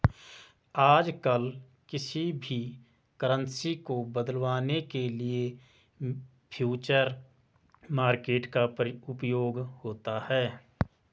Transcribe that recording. आजकल किसी भी करन्सी को बदलवाने के लिये फ्यूचर मार्केट का उपयोग होता है